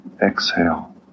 exhale